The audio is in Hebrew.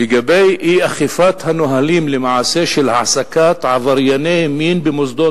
לגבי אי-אכיפת הנהלים של העסקת עברייני מין במוסדות